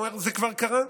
זה כבר קרה.